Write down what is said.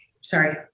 Sorry